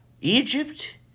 Egypt